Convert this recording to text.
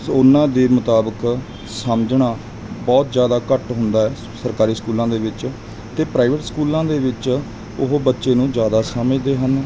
ਉਹਨਾਂ ਦੇ ਮੁਤਾਬਕ ਸਮਝਣਾ ਬਹੁਤ ਜ਼ਿਆਦਾ ਘੱਟ ਹੁੰਦਾ ਸਰਕਾਰੀ ਸਕੂਲਾਂ ਦੇ ਵਿੱਚ ਅਤੇ ਪ੍ਰਾਈਵੇਟ ਸਕੂਲਾਂ ਦੇ ਵਿੱਚ ਉਹ ਬੱਚੇ ਨੂੰ ਜ਼ਿਆਦਾ ਸਮਝਦੇ ਹਨ